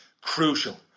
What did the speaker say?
crucial